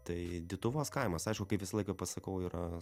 tai dituvos kaimas aišku kaip visą laiką pasakau yra